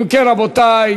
אם כן, רבותי,